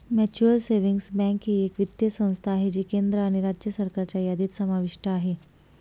mutual savings bank ही एक वित्तीय संस्था आहे जी केंद्र आणि राज्य सरकारच्या यादीत समाविष्ट आहे